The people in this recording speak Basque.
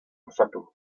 osatu